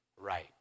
right